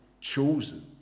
chosen